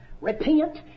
Repent